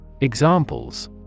Examples